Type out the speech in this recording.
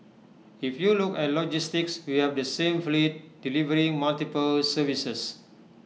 if you look at logistics we have the same fleet delivering multiple services